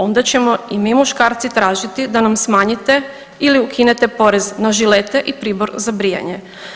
Onda ćemo i mi muškarci tražiti da nam smanjite ili ukinete porez na žilete i pribor za brijanje.